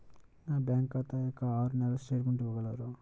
నా బ్యాంకు ఖాతా యొక్క ఆరు నెలల స్టేట్మెంట్ ఇవ్వగలరా?